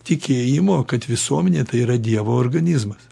tikėjimo kad visuomenė tai yra dievo organizmas